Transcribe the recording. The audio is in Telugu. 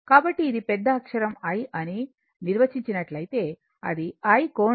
కాబట్టి ఇది పెద్దక్షరం I అని నిర్వచించి నట్లయితే అది I కోణం 0 అవుతుంది